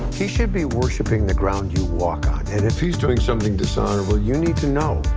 he should be worshipping the ground you walk on and if he's doing something dishonorable, you need to know.